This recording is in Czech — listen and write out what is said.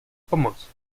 pomoct